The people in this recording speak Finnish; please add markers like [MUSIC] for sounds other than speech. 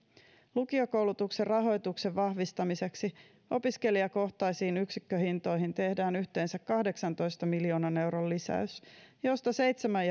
lukiokoulutuksen rahoituksen vahvistamiseksi opiskelijakohtaisiin yksikköhintoihin tehdään yhteensä kahdeksantoista miljoonan euron lisäys josta seitsemän [UNINTELLIGIBLE]